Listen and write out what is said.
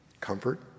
Comfort